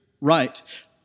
Right